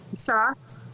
shocked